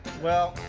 well,